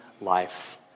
life